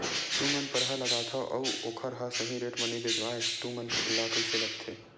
तू मन परहा लगाथव अउ ओखर हा सही रेट मा नई बेचवाए तू मन ला कइसे लगथे?